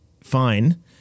fine